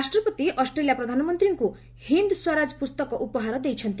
ରାଷ୍ଟ୍ରପତି ଅଷ୍ଟ୍ରେଲିଆ ପ୍ରଧାନମନ୍ତ୍ରୀଙ୍କୁ ହିନ୍ଦ୍ ସ୍ୱରାଜ ପୁସ୍ତକ ଉପହାର ଦେଇଛନ୍ତି